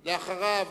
אחריו,